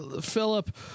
Philip